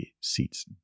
seats